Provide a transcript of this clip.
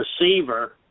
receiver